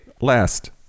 last